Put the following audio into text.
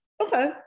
okay